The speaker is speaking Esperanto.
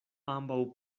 ambaŭ